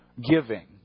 giving